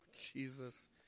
Jesus